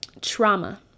trauma